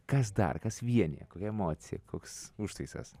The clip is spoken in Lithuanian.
kas dar kas vienija emocija koks užtaisas